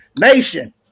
Nation